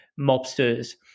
mobsters